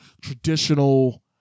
traditional